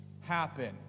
happen